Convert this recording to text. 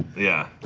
yeah